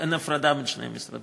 אין הפרדה בין שני המשרדים,